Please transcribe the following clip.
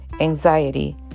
anxiety